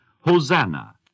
Hosanna